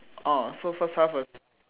orh so first half was